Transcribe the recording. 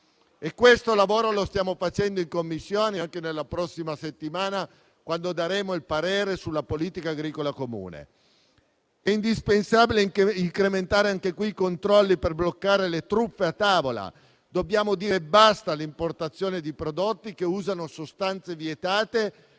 questo lavoro lo stiamo facendo in Commissione e lo faremo anche la prossima settimana, quando daremo il parere sulla Politica agricola comune. È indispensabile incrementare anche i controlli per bloccare le truffe a tavola. Dobbiamo dire basta all'importazione di prodotti che usano sostanze vietate